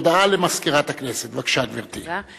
הודעה למזכירת הכנסת, בבקשה, גברתי.